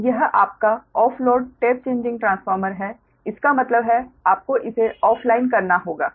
तो यह आपका off load tap changing transformer है इसका मतलब है आपको इसे ऑफ लाइन करना होगा